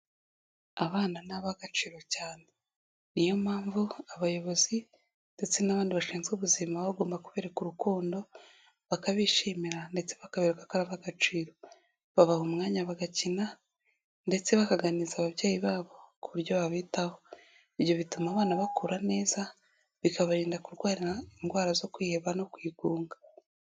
Abana ni ab'agaciro cyane. Niyo mpamvu abayobozi ndetse n'abandi bashinzwe ubuzima baba bagomba kubereka urukundo, bakabishimira ndetse bakabereka ko ari ab'agaciro. babaha umwanya bagakina ndetse bakaganiriza ababyeyi babo ku buryo babitaho. Ibyo bituma abana bakura neza, bikabarinda kurwara indwara zo kwiheba no kwigunga.